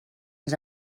ens